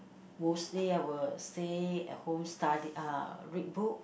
mostly I would stay at home study uh read book